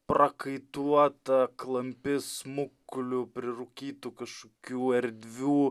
prakaituota klampi smuklių prirūkytų kažkokių erdvių